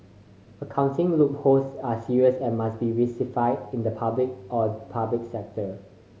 accounting loopholes are serious and must be rectified in the public or public sector